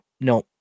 No